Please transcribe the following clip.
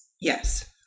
Yes